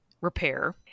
repair